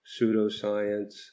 pseudoscience